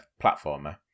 platformer